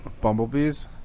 Bumblebees